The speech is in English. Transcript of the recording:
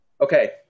Okay